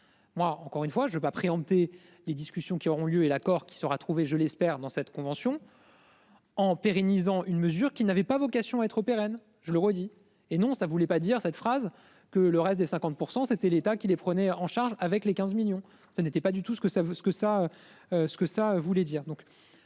Moi, encore une fois je veux pas préempter les discussions qui auront lieu et l'accord qui sera trouvé, je l'espère dans cette convention. En pérennisant une mesure qui n'avait pas vocation à être pérenne. Je le redis et non ça ne voulait pas dire cette phrase que le reste des 50% c'était l'État qui les prenait en charge avec les 15 millions, ce n'était pas du tout ce que ça vaut ce